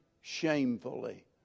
shamefully